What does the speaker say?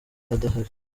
adahari